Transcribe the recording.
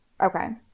Okay